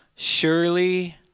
Surely